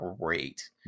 great